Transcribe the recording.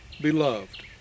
beloved